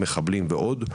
מחבלים ועוד.